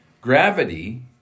gravity